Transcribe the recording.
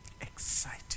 Exciting